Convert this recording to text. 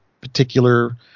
particular